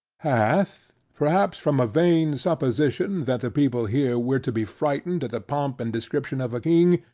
hath, perhaps, from a vain supposition, that the people here were to be frightened at the pomp and description of a king,